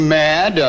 mad